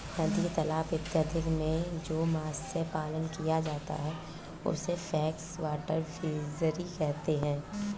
नदी तालाब इत्यादि में जो मत्स्य पालन किया जाता है उसे फ्रेश वाटर फिशरी कहते हैं